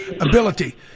ability